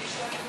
אני שואלת,